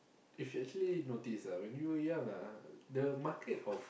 if actually notice ah when you are young ah the market of